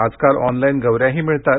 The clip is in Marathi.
आजकाल ऑनलाइन गवऱ्याही मिळतात